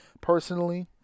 personally